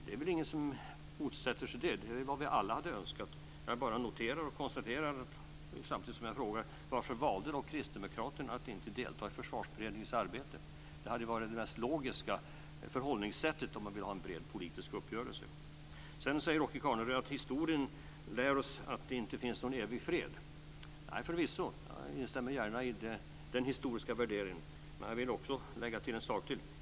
Det är väl ingen som motsätter sig en sådan. En sådan hade vi alla önskat. Varför valde då kristdemokraterna att inte delta i Försvarsberedningens arbete? Det hade varit det mest logiska förhållningssättet om man hade velat ha en bred politisk uppgörelse. Sedan säger Åke Carnerö att historien lär oss att det inte finns någon evig fred. Nej, förvisso. Jag instämmer gärna i den historiska värderingen, men jag vill också tillägga en sak.